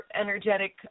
energetic